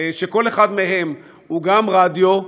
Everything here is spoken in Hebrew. שכל אחד מהם הוא גם רדיו,